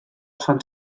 sant